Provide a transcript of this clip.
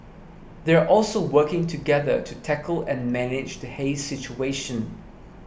they are also working together to tackle and manage the haze situation